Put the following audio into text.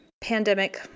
pandemic